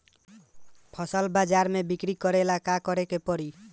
फसल बाजार मे बिक्री करेला का करेके परी?